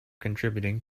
contributing